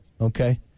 okay